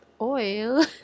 oil